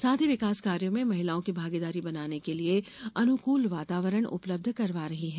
साथ ही विकास कार्यो में महिलाओं की भागीदारी बनाने के लिये अनुकूल वातावरण उपलब्ध करवा रही है